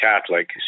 Catholic